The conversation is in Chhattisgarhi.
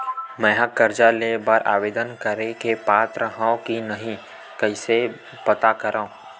मेंहा कर्जा ले बर आवेदन करे के पात्र हव की नहीं कइसे पता करव?